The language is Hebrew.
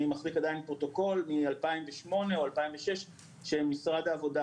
אני מחזיק פרוטוקול מ-2008 או 2006 בו משרד העבודה